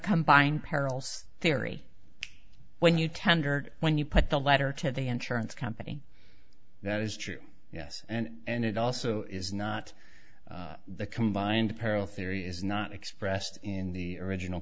combined perils theory when you tendered when you put the letter to the insurance company that is true yes and it also is not the combined peril theory is not expressed in the original